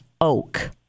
oak